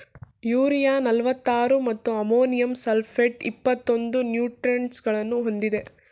urea ನಲ್ವತ್ತಾರು ಮತ್ತು ammonium sulphate ಇಪ್ಪತ್ತೊಂದು ನ್ಯೂಟ್ರಿಯೆಂಟ್ಸಗಳನ್ನು ಹೊಂದಿದೆ